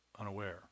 unaware